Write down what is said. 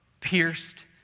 pierced